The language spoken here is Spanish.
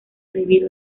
debido